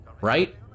right